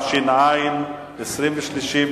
הצעת החוק לקראת קריאה שנייה וקריאה שלישית.